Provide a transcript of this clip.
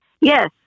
Yes